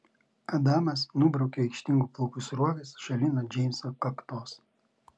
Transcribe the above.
adamas nubraukia aikštingų plaukų sruogas šalin nuo džeimso kaktos